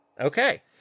Okay